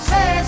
Say